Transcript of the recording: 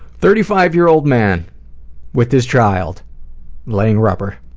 thirty five year old man with his child laying rubber.